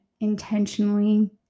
intentionally